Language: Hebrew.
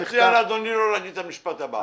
מציע לאדוני לא להגיד את המשפט הבא.